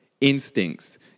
instincts